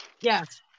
yes